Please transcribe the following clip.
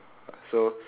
so